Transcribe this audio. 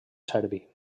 serbi